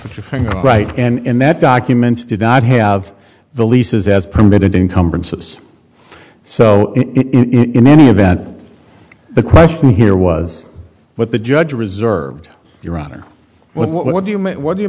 put your finger right and that document did not have the leases as permitted incumbrances so in any event the question here was what the judge reserved your honor what do you make what do you